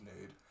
nude